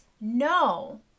No